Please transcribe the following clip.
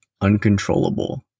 uncontrollable